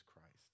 Christ